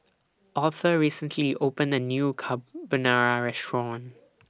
Author recently opened A New Carbonara Restaurant